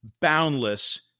boundless